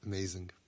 Amazing